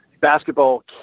basketball